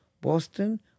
Boston